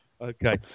Okay